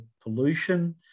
pollution